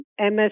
MS